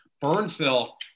Burnsville